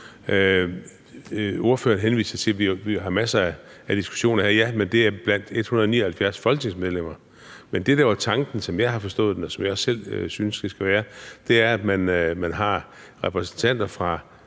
Ordføreren henviste til, at vi har masser af diskussioner her. Ja, men det er blandt 179 folketingsmedlemmer. Men det, der var tanken, som jeg har forstået den, og som jeg også selv synes det skal være, er, at man har repræsentanter fra